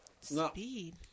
Speed